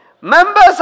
Members